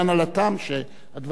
והדברים ברורים לחלוטין.